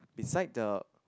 beside the